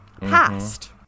past